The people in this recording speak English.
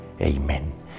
Amen